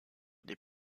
des